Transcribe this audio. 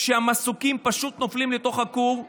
כשהמסוקים פשוט נופלים לתוך הכור,